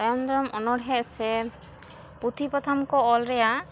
ᱛᱟᱭᱚᱢ ᱫᱚᱢ ᱚᱱᱚᱬᱦᱮ ᱥᱮ ᱯᱩᱛᱷᱤ ᱯᱟᱛᱷᱟᱢ ᱠᱚ ᱚᱞ ᱨᱮᱭᱟᱜ